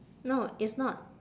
no it's not